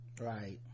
Right